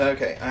Okay